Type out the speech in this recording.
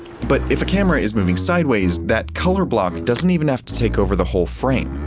but if a camera is moving sideways, that color block doesn't even have to take over the whole frame.